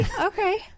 okay